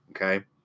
Okay